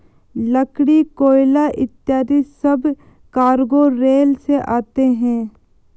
लकड़ी, कोयला इत्यादि सब कार्गो रेल से आते हैं